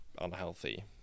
unhealthy